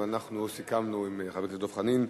אבל אנחנו סיכמנו עם חבר הכנסת דב חנין,